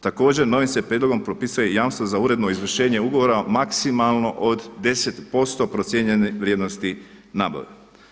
Također, novim se prijedlogom propisuje i jamstvo za uredno izvršenje ugovora maksimalno od 10% procijenjene vrijednosti nabave.